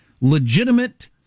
legitimate